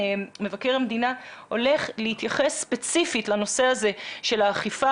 שמבקר המדינה הולך להתייחס ספציפית לנושא של האכיפה,